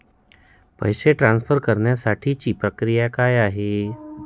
पैसे ट्रान्सफर करण्यासाठीची प्रक्रिया काय आहे?